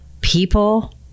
people